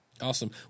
Awesome